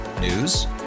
News